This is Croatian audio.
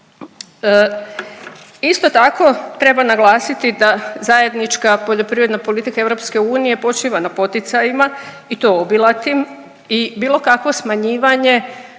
Isto tako treba naglasiti da zajednička poljoprivredna politika EU počiva na poticajima i to obilatim i bilo kakvo smanjivanje